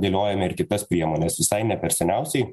dėliojam ir kitas priemones visai ne per seniausiai